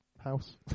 house